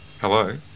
Hello